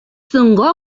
соңга